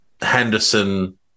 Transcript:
Henderson